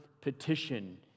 petition